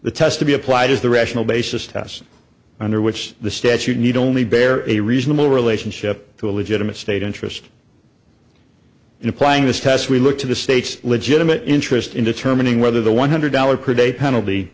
the test to be applied is the rational basis test under which the statute need only bear a reasonable relationship to a legitimate state interest in applying this test we look to the state's legitimate interest in determining whether the one hundred dollars per day penalty